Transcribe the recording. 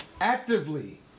actively